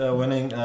winning